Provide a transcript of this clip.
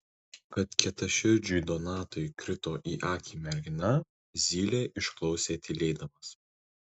kad kietaširdžiui donatui krito į akį mergina zylė išklausė tylėdamas